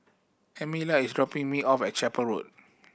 Emilia is dropping me off at Chapel Road